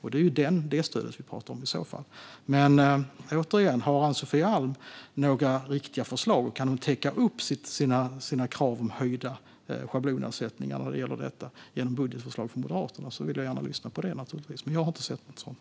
Det är det stödet vi i så fall pratar om. Om Ann-Sofie Alm har några riktiga budgetförslag från Moderaterna som kan täcka upp kravet på höjda schablonersättningar lyssnar jag gärna. Men jag har inte sett något sådant.